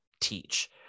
teach